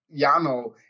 Yano